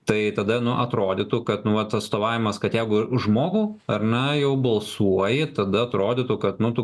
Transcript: tai tada atrodytų kad nu va tas atstovavimas kad jeigu už žmogų ar ne jau balsuoji tada atrodytų kad nu tų